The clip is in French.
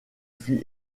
fut